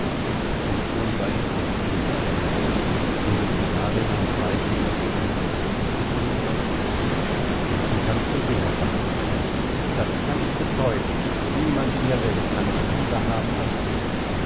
wissen gudmund sah ihr fest in die augen findest du darin ein zeichen daß sie eine große liebe für mich hat dessen kannst du sicher sein gudmund das kann ich bezeugen niemand in der welt kann dich lieber haben als sie